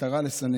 את הרע לסנן,